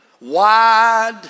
wide